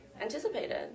anticipated